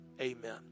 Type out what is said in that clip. amen